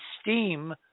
steam